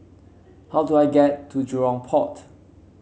how do I get to Jurong Port